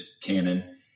Canon